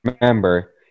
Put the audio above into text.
remember